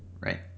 right